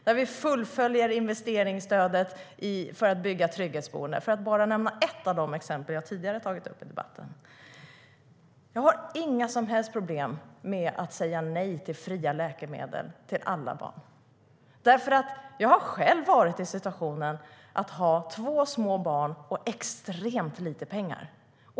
Bland annat fullföljer vi investeringsstödet för byggande av trygghetsboenden, för att bara nämna ett av de exempel jag tidigare tagit upp i debatten. Jag har inga som helst problem med att säga nej till fria läkemedel till alla barn. Jag har själv varit i en situation med två små barn och extremt lite pengar.